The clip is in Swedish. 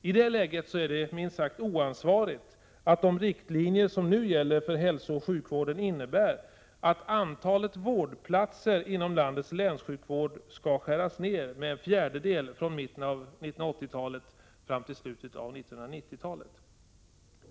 I det läget är det minst sagt oansvarigt att de riktlinjer som nu gäller för hälsooch sjukvården innebär att antalet vårdplatser inom landets länssjukvård skall skäras ned med en fjärdedel från mitten av 1980-talet fram till slutet av 1990-talet.